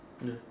no